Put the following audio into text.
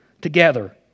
together